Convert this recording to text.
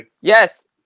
yes